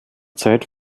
zeit